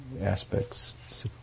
Aspects